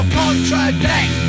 contradict